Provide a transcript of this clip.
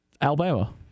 Alabama